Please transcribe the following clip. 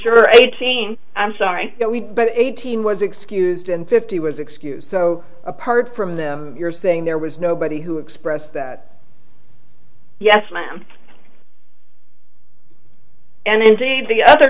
leecher eighteen i'm sorry but eighteen was excused and fifty was excused so apart from them you're saying there was nobody who expressed that yes ma'am and indeed the other